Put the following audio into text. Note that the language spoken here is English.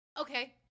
Okay